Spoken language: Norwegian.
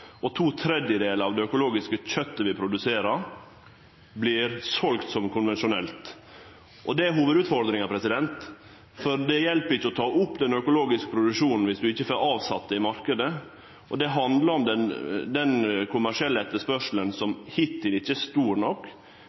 og to tredjedelar av det økologiske kjøtet vi produserer, vert selt som konvensjonelt kjøt. Det er hovudutfordringa, for det hjelper ikkje å få opp den økologiske produksjonen dersom ein ikkje får omsett det i marknaden. Det handlar om den kommersielle etterspurnaden, som hittil ikkje er stor nok